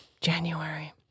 January